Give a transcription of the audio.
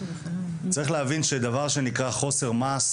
צריך להבין שדבר שנקרא חוסר מעש,